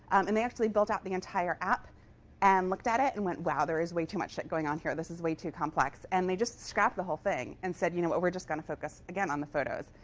and they actually built out the entire app and looked at it, and went wow, there is way too much like going on here. this is way too complex. and they just scrapped the whole thing and said, you know what? we're just going to focus again on the photos.